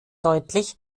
deutlich